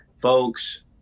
folks